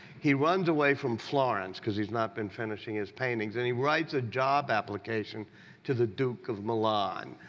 he runs away from florence because he's not been finishing his paintings. and he writes a job application to the duke of milan.